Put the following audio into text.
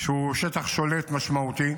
שהוא שטח שולט משמעותי.